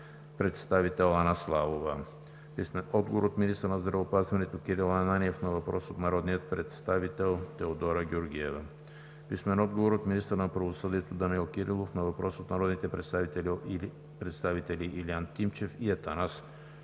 представител Анна Славова; - министъра на здравеопазването Кирил Ананиев на въпрос от народния представител Теодора Георгиева; - министъра на правосъдието Данаил Кирилов на въпрос от народните представители Илиан Тимчев и Атанас